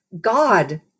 God